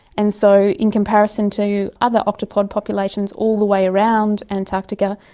and so in comparison to other octopod populations all the way around antarctica,